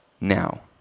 now